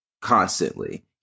constantly